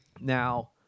Now